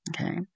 okay